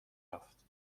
رفت